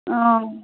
অঁ